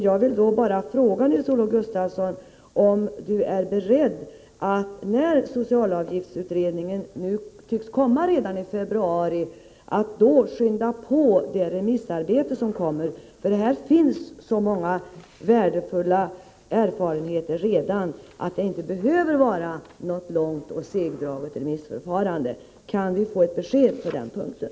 Jag vill då fråga Nils-Olof Gustafsson om han är beredd, när socialavgiftsutredningens förslag nu tycks komma redan i februari, att skynda på remissarbetet. Här finns så många värdefulla erfarenheter redan att det inte behövs något långt och segdraget remissförfarande. Kan vi få ett besked på den punkten?